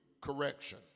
correction